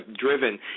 driven